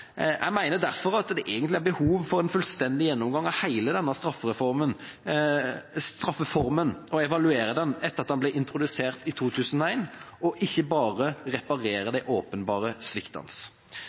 Jeg mener derfor at det egentlig er behov for en fullstendig gjennomgang av hele denne straffeformen, og å evaluere den, etter at den ble introdusert i 2001, og ikke bare reparere